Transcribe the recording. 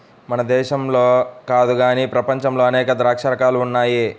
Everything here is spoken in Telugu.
మన దేశంలో కాదు గానీ ప్రపంచంలో అనేక ద్రాక్ష రకాలు ఉన్నాయి